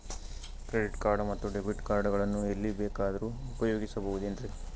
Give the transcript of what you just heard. Credit card ಮತ್ತು debit card ಗಳನ್ನು ಎಲ್ಲಿ ಬೇಕಾದ್ರು ಉಪಯೋಗಿಸಬಹುದೇನ್ರಿ?